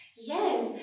yes